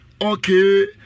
okay